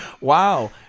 Wow